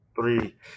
three